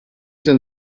denn